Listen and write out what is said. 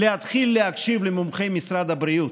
היא להתחיל להקשיב למומחי משרד הבריאות.